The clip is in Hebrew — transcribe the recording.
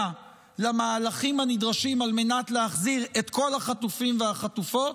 למהלכים הנדרשים על מנת להחזיר את כל החטופים והחטופות,